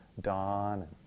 dawn